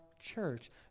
church